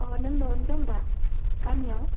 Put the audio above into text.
अ नों न'आवनो दं दा गामियाव